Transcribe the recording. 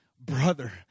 brother